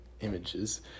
images